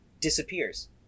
disappears